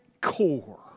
core